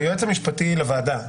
היועץ המשפטי לוועדה,